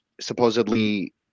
supposedly